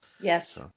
Yes